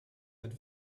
had